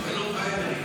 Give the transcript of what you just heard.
האחרונה.